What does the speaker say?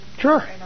Sure